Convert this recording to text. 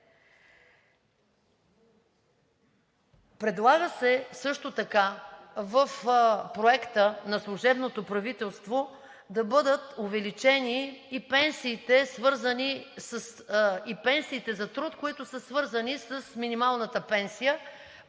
Предлага се също така в проекта на служебното правителство да бъдат увеличени и пенсиите за труд, свързани с минималната пенсия,